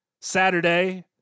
Saturday